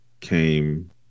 came